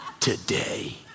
today